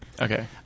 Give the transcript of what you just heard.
okay